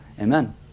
amen